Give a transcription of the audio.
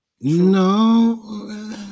No